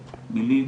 ולדימיר,